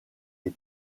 les